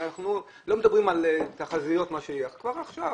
אנחנו לא מדברים על תחזיות ועל מה שיהיה אלא פוגעים בו כבר עכשיו.